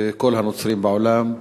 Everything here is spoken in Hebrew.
וכל הנוצרים בעולם.